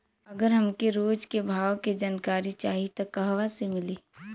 अगर हमके रोज के भाव के जानकारी चाही त कहवा से मिली?